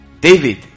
David